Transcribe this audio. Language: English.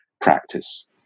practice